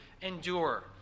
endure